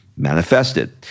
manifested